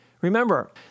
Remember